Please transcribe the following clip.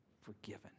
forgiven